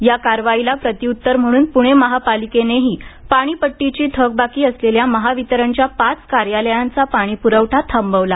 या कारवाईला प्रत्युत्तर म्हणून पुणे महापालिकेनेही पाणीपट्टीची थकबाकी असलेल्या महावितरणच्या पाच कार्यालयांचा पाणी प्रवठा थांबवला